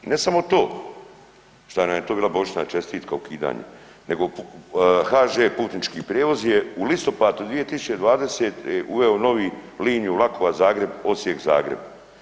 I ne samo to šta nam je to bila božićna čestitka ukidanje, nego HŽ putnički prijevoz je u listopadu 2020. uveo novu liniju vlakova Zagreb-Osijek-Zagreb.